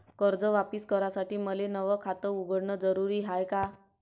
कर्ज वापिस करासाठी मले नव खात उघडन जरुरी हाय का?